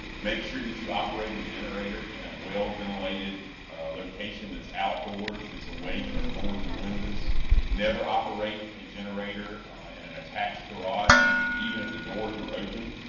make sure you operate a generator in a well ventilated location that's outdoors that's away from doors and windows never operate a generator and an attached garage, even even if the doors are open.